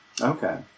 Okay